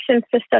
system